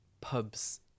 pubs